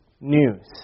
news